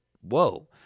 whoa